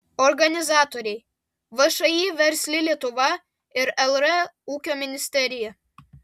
organizatoriai všį versli lietuva ir lr ūkio ministerija